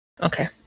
Okay